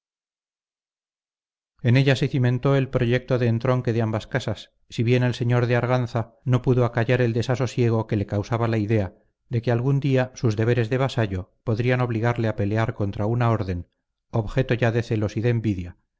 en ella se cimentó el proyecto de entronque de ambas casas si bien el señor de arganza no pudo acallar el desasosiego que le causaba la idea de que algún día sus deberes de vasallo podrían obligarle a pelear contra una orden objeto ya de celos y de envidia